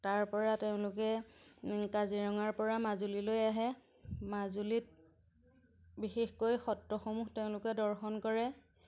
তাৰ পৰা তেওঁলোকে কাজিৰঙাৰ পৰা মাজুলীলৈ আহে মাজুলীত বিশেষকৈ সত্ৰসমূহ তেওঁলোকে দৰ্শন কৰে